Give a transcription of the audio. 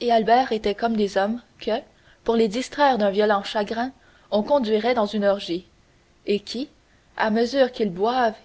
et albert étaient comme des hommes que pour les distraire d'un violent chagrin on conduirait dans une orgie et qui à mesure qu'ils boivent